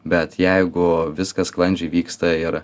bet jeigu viskas sklandžiai vyksta ir